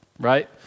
Right